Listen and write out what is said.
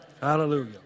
Hallelujah